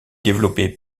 développée